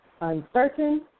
uncertain